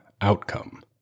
outcome